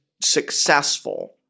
successful